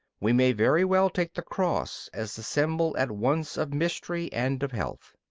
we may very well take the cross as the symbol at once of mystery and of health.